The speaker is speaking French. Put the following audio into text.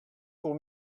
pour